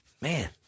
man